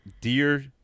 Dear